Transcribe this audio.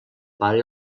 pare